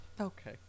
Okay